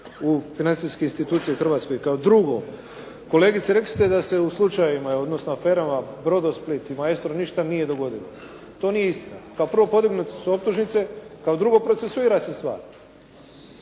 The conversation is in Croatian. u financijske institucije u Hrvatskoj. Kao drugo, kolegice rekli ste da se u slučajevima, odnosno aferama "Brodosplit" i "Maestro" ništa nije dogodilo. To nije istina. Kao prvo podignute su optužnice, kao drugo procesuira se stvar.